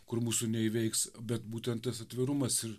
kur mūsų neįveiks bet būtent tas atvirumas ir